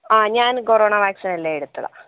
ആ ഞാൻ കൊറോണ വാക്സിനെല്ലാം എടുത്തതാണ്